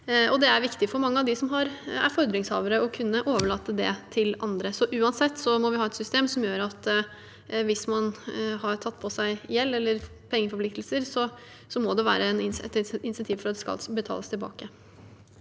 Det er viktig for mange av dem som er fordringshavere, å kunne overlate det til andre. Vi må uansett ha et system som gjør at hvis man har tatt på seg gjeld eller pengeforpliktelser, må det være et insentiv for at det skal betales tilbake.